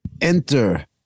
Enter